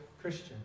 Christian